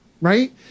right